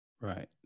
Right